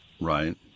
Right